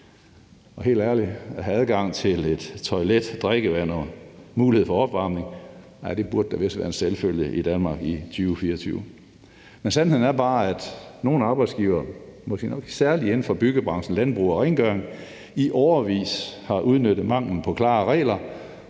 Helt ærligt, at have adgang til et toilet, drikkevand og mulighed for opvarmning burde da vist være en selvfølge i Danmark i 2024. Men sandheden er bare, at nogle arbejdsgivere, måske nok særlig inden for byggebranchen, landbrug og rengøring, i årevis har udnyttet manglen på klare regler